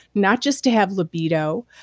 not just to have libido,